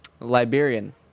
Liberian